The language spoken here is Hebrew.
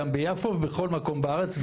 גם ביפו ובכל מקום בארץ,